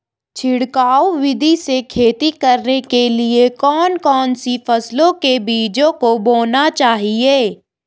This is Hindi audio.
छिड़काव विधि से खेती करने के लिए कौन कौन सी फसलों के बीजों को बोना चाहिए?